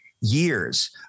years